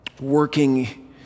working